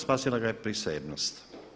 Spasila ga je prisebnost.